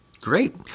Great